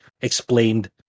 explained